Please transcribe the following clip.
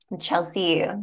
Chelsea